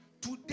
today